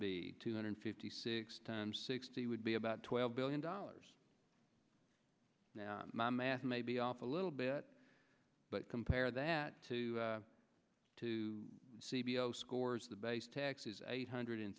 be two hundred fifty six times sixty would be about twelve billion dollars now my math may be off a little bit but compare that to two c b l scores the base tax is eight hundred